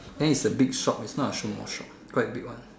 then it's a big shop it's not a small shop quite big one